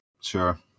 Sure